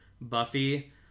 buffy